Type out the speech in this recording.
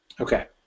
Okay